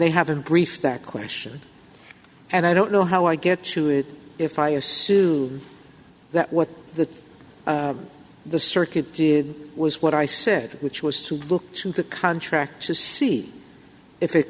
they haven't briefed that question and i don't know how i get to it if i assume that what the the circuit did was what i said which was to look to the contract to see if it